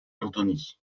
antony